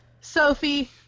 sophie